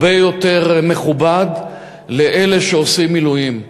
הרבה יותר מכובד לאלה שעושים מילואים.